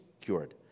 cured